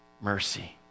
mercy